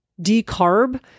decarb